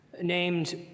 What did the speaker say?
named